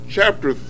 Chapter